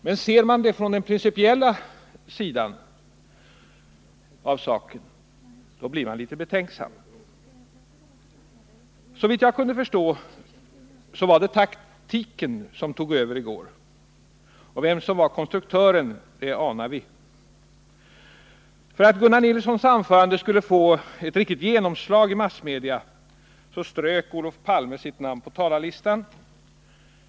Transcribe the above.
Men ser man till den principiella sidan av saken blir man litet betänksam. Såvitt jag kunde förstå var det taktiken som tog över i går, och vem som var konstruktören anar vi. För att Gunnar Nilssons anförande skulle få ett riktigt genomslag i massmedia, så strök Olof Palme sitt namn på talarlistan.